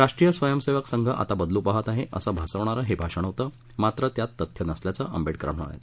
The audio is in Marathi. राष्ट्रीय स्वयंसेवेक संघ आता बदलू पाहत आहे असं भासवणारं हे भाषण होतं मात्र त्यात तथ्य नसल्याचं आंबेडकर म्हणाले